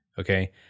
okay